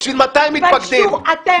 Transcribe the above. תתביישו.